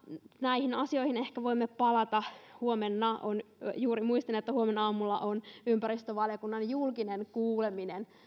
näihin asioihin ehkä voimme palata huomenna juuri muistin että huomenaamulla on ympäristövaliokunnan julkinen kuuleminen